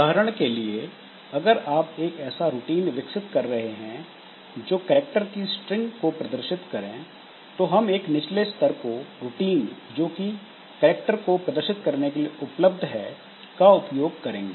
उदाहरण के लिए अगर आप एक ऐसा रूटीन विकसित कर रहे हैं जो कैरेक्टर की स्ट्रिंग को प्रदर्शित करें तो हम एक निचले स्तर का रूटीन जोकि करैक्टर को प्रदर्शित करने के लिए उपलब्ध है का उपयोग करेंगे